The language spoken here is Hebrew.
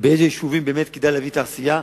בשאלה לאילו יישובים כדאי להביא תעשייה,